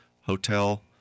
hotel